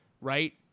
Right